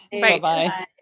Bye-bye